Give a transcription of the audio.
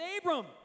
Abram